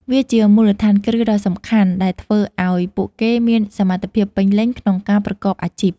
វាជាមូលដ្ឋានគ្រឹះដ៏សំខាន់ដែលធ្វើឱ្យពួកគេមានសមត្ថភាពពេញលេញក្នុងការប្រកបអាជីព។